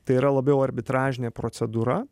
tai yra labiau arbitražinė procedūra